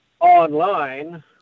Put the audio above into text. online